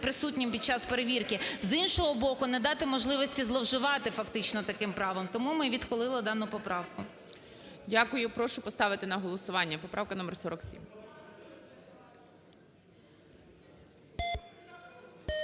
присутнім під час перевірки, з іншого боку, не дати можливості зловживати фактично таким правом. Тому ми відхилили дану поправку. ГОЛОВУЮЧИЙ. Дякую. Прошу поставити на голосування, поправка номер 47.